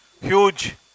huge